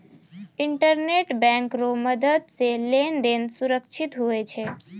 internet bank रो मदद से लेन देन सुरक्षित हुवै छै